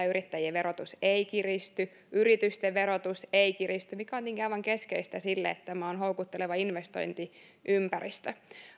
yrittäjien verotus ei kiristy yritysten verotus ei kiristy mikä on tietenkin aivan keskeistä siinä että tämä on houkutteleva investointiympäristö